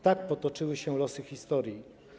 Tak potoczyły się losy historii.